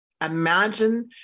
Imagine